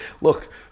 look